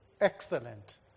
Excellent